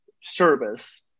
service